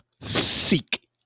seek